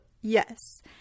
yes